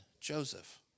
Joseph